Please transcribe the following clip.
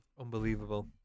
Unbelievable